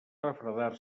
refredar